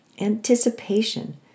anticipation